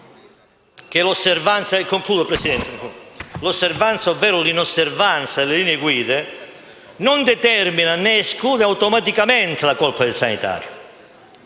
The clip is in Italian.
l'osservanza ovvero l'inosservanza delle linee guida non determina né esclude automaticamente la colpa del sanitario.